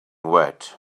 wet